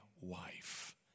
wife